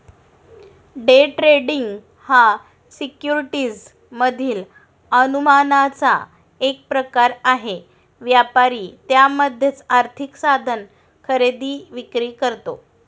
day trading हा securities मधील अनुमानाचा एक प्रकार आहे, व्यापारी त्यामध्येच आर्थिक साधन खरेदी विक्री करतो